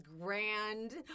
grand